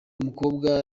mukobwa